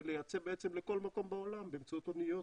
ולייצא לכל מקום בעולם באמצעות אוניות.